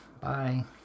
Bye